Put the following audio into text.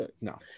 No